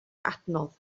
adnodd